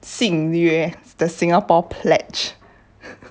信约 the Singapore pledge